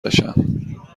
بشم